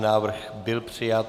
Návrh byl přijat.